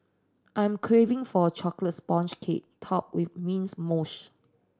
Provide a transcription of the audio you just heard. I'm craving for chocolates sponge cake top with mint mousse